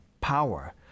power